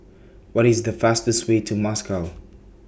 What IS The fastest Way to Moscow